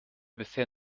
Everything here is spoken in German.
bisher